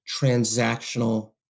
transactional